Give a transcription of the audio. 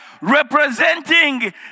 representing